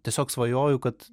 tiesiog svajoju kad